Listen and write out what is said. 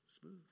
smooth